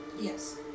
Yes